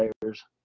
players